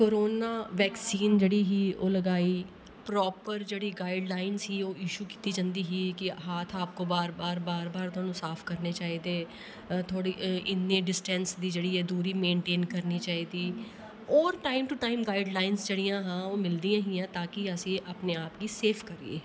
corona vaccine जेह्ड़ी ही ओह् प्रापर जेह्ड़ी गाइडलाइन च ओह् इशू कीती जंदी ही कि हत्थ आपको बार बार साफ करने चाहिदे थोडे़ इन्ना डिसटेंस दी जेह्ड़ी दूरी मेनटेन करनी चाहिदी और टाइम टू टाइम गाइडलाइन जेह्ड़ियां हियां ओह् मिलदियां हियां ताकि असें गी अपने आप गी सेफ करचै